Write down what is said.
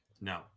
no